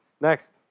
next